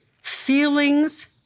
Feelings